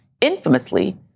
infamously